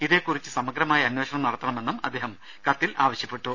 ഇതേകുറിച്ച് സമഗ്രമായ അന്വേഷണം നടത്തണമെന്നും അദ്ദേഹം കത്തിൽ ആവശ്യപ്പെട്ടു